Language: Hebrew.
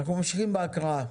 ממשיכים בהקראה.